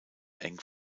eng